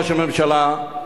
ראש הממשלה,